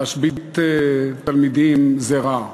להשבית תלמידים זה רע.